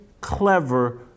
clever